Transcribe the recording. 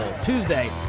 Tuesday